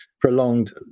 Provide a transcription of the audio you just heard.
prolonged